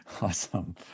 Awesome